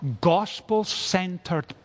gospel-centered